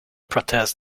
protest